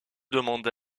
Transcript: demande